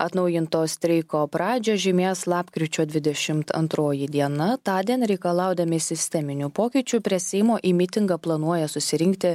atnaujinto streiko pradžią žymės lapkričio dvidešimt antroji diena tądien reikalaudami sisteminių pokyčių prie seimo į mitingą planuoja susirinkti